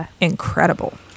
incredible